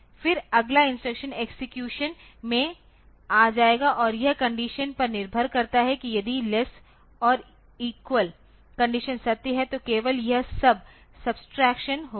फिर अगला instruction execution में आ जाएगा और इस कंडीशन पर निर्भर करता है कि यदि लेस्स ओर इक्वल कंडीशन सत्य है तो केवल यह सब सबस्ट्रक्शन होगा